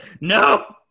No